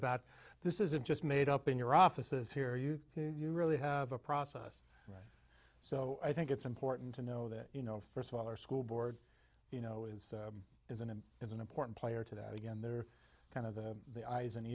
about this isn't just made up in your offices here you you really have a process so i think it's important to know that you know first of all our school board you know is is and is an important player to that again they're kind of the eyes and